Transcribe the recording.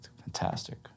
Fantastic